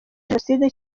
jenoside